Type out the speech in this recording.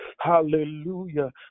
Hallelujah